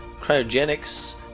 Cryogenics